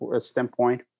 standpoint